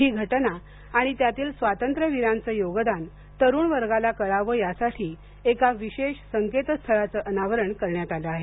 ही घटना आणि त्यातील स्वातंत्र्य वीरांचं योगदान तरुण वर्गाला कळावं यासाठी एका विशेष संकेत स्थळाचं अनावारण करण्यात आलं आहे